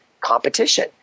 competition